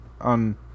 on